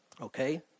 okay